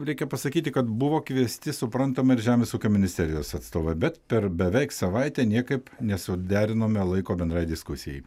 reikia pasakyti kad buvo kviesti suprantama ir žemės ūkio ministerijos atstovai bet per beveik savaitę niekaip nesuderinome laiko bendrai diskusijai